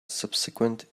subsequent